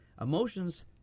emotions